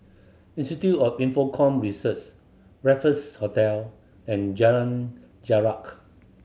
Institute of Infocomm Research Raffles Hotel and Jalan Jarak